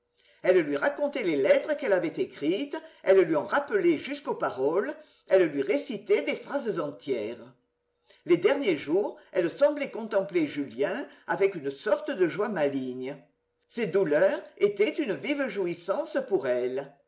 elle lui racontait les lettres qu'elle avait écrites elle lui en rappelait jusqu'aux paroles elle lui récitait des phrases entières les derniers jours elle semblait contempler julien avec une sorte de joie maligne ses douleurs étaient une vive jouissance pour elle